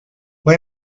fue